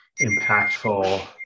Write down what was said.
impactful